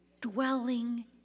dwelling